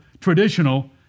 traditional